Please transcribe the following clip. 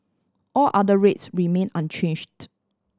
all other rates remain unchanged